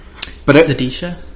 Zadisha